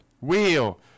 wheel